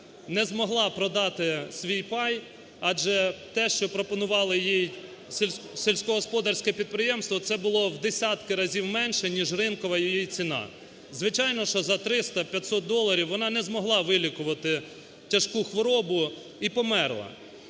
не змогла продати свій пай, адже те, що пропонувало їй сільськогосподарське підприємство, це було в десятки разів менше ніж ринкова її ціна. Звичайно, що за 300-500 доларів вона не змогла вилікувати тяжку хворобу і померла.